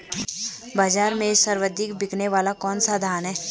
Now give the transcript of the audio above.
बाज़ार में सर्वाधिक बिकने वाला कौनसा धान है?